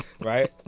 right